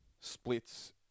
splits